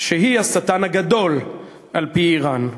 שהיא השטן הגדול, על-פי איראן.